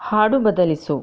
ಹಾಡು ಬದಲಿಸು